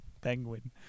penguin